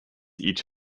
each